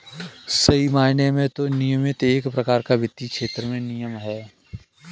सही मायने में तो विनियमन एक प्रकार का वित्तीय क्षेत्र में नियम है